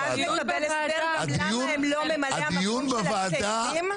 ואז נקבל הסבר למה הם לא ממלאי המקום של הצעירים?